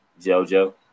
JoJo